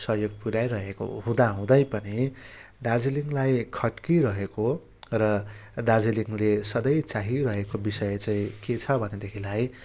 सहयोग पुऱ्याइरहेको हुँदाहुँदै पनि दार्जिलिङलाई खट्किरहेको र दार्जिलिङले सधैँ चाहिरहेको विषय चाहिँ के छ भनेदेखिलाई